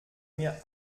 mir